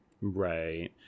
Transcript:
Right